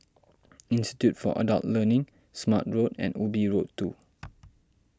Institute for Adult Learning Smart Road and Ubi Road two